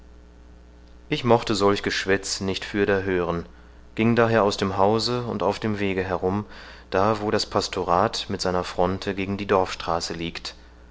ich mochte solch geschwätz nicht fürder hören ging daher aus dem hause und auf dem wege herum da wo das pastorat mit seiner fronte gegen die dorfstraße liegt